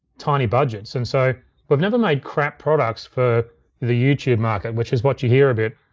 tiny budgets. and so we've never made crap products for the youtube market, which is what you hear a bit.